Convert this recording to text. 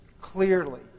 clearly